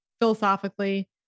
philosophically